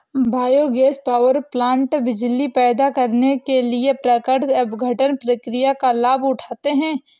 biogas power plant बिजली पैदा करने के लिए प्राकृतिक अपघटन प्रक्रिया का लाभ उठाते हैं